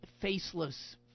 faceless